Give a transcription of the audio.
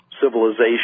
civilization